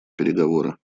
переговоры